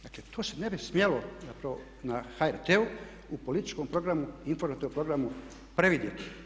Dakle, to se ne bi smjelo zapravo na HRT-u u političkom programu, informativnom programu previdjeti.